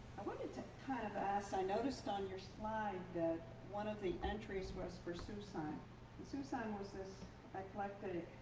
i wanted to kind of ask i noticed on your slide that one of the entries was for susine and susine was this eclectic,